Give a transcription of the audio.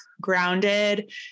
grounded